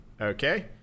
Okay